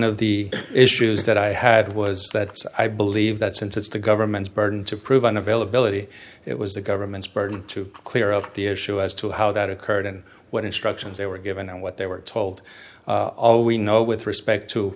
of the issues that i had was that's i believe that since it's the government's burden to prove an availability it was the government's burden to clear up the issue as to how that occurred and what instructions they were given and what they were told all we know with respect to